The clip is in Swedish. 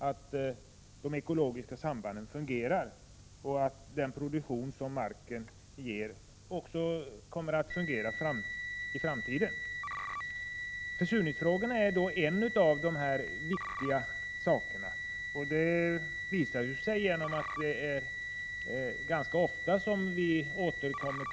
Att de ekologiska sambanden fungerar är nödvändigt för att marken även i framtiden skall kunna ge oss sina produkter. Försurningen är en av de viktiga frågorna. Ett bevis härför är att vi ganska ofta har sådana här debatter i kammaren.